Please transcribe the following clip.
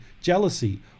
jealousy